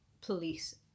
police